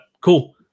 cool